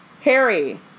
Harry